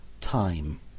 Time